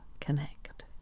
connect